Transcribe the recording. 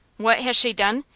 what has she done?